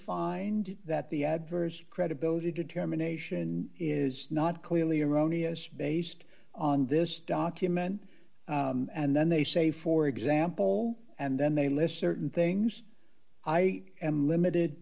find that the adverse credibility determination is not clearly erroneous based on this document and then they say for example and then they listen things i am limited